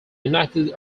united